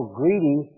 greedy